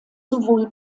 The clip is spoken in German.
sowohl